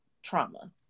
Trauma